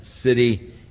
city